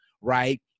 right